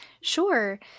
Sure